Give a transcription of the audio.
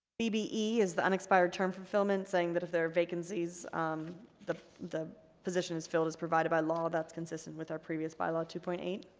is the unexpired term fulfillment saying that if there are vacancies the the position is filled is provided by law that's consistent with our previous bylaw two point eight